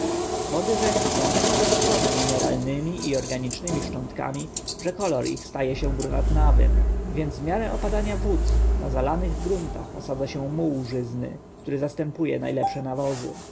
wody rzeki są tak przesycone mineralnemi i organicznemi szczątkami że kolor ich staje się brunatnawym więc w miarę opadania wód na zalanych gruntach osadza się muł żyzny który zastępuje najlepsze nawozy